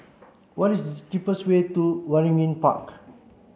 what is the cheapest way to Waringin Park